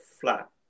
flat